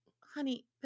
honey